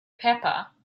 pepper